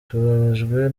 tubabajwe